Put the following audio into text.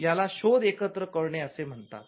याला शोध एकत्र करणे असे म्हणतात